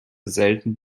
selten